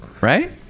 right